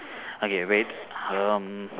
okay wait um